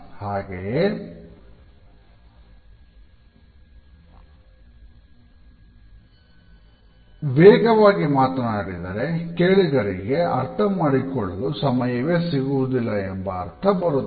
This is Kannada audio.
ಹಾಗೆಯೇ ಒಬ್ಬ ಭಾಷಣಕಾರ ತೀರಾ ವೇಗವಾಗಿ ಮಾತನಾಡಿದರೆ ಕೇಳುಗರಿಗೆ ಅರ್ಥ ಮಾಡಿಕೊಳ್ಳಲು ಸಮಯವೇ ಸಿಗುವುದಿಲ್ಲ ಎಂಬ ಅರ್ಥ ಬರುತ್ತದೆ